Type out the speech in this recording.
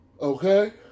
Okay